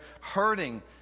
hurting